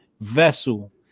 vessel